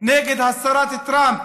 נגד הצהרת טראמפ,